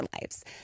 lives